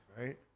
right